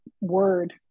word